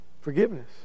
Forgiveness